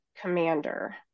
commander